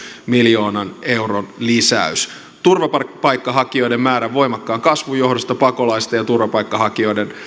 miljoonan euron lisäys turvapaikkahakijoiden määrän voimakkaan kasvun johdosta pakolaisten ja turvapaikkahakijoiden